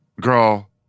Girl